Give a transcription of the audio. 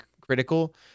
critical